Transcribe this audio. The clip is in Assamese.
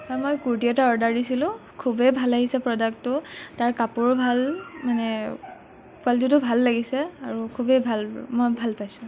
হয় মই কুৰ্তি এটা অৰ্দাৰ দিছিলোঁ খুবেই ভাল আহিছে প্ৰডাক্টটো তাৰ কাপোৰো ভাল মানে কোৱালিটিটো ভাল লাগিছে আৰু খুবেই ভাল মই ভাল পাইছোঁ